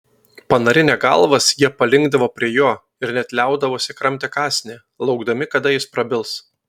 panarinę galvas jie palinkdavo prie jo ir net liaudavosi kramtę kąsnį laukdami kada jis prabils